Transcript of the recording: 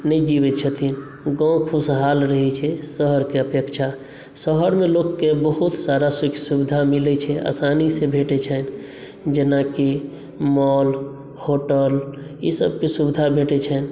नहि जीवैत छथिन गाँव खुशहाल रहैत छै शहरके अपेक्षा शहरमे लोककेँ बहुत सारा सुख सुविधा मिलैत छै आसानीसँ भेटैत छनि जेनाकि मॉल होटल ईसभके सुविधा भेटैत छनि